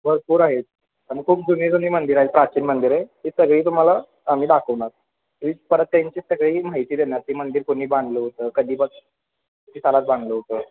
भरपूर आहेत आणि खूप जुनी जुनी मंदिरं आहेत प्राचीन मंदिर आहे ती सगळी तुम्हाला आम्ही दाखवणार परत त्यांची सगळी माहिती देणार ते मंदिर कुणी बांधलं होतं कधी ब किती सालात बांधलं होतं